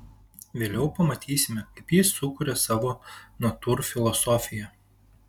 vėliau pamatysime kaip jis sukuria savo natūrfilosofiją